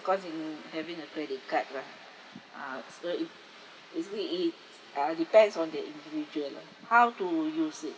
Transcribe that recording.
cons in having a credit card lah uh so if basically it uh depends on the individual lah how to use it